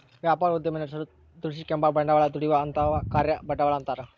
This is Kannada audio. ವ್ಯಾಪಾರ ಉದ್ದಿಮೆ ನಡೆಸಲು ದುಡಿಸಿಕೆಂಬ ಬಂಡವಾಳ ದುಡಿಯುವ ಅಥವಾ ಕಾರ್ಯ ಬಂಡವಾಳ ಅಂತಾರ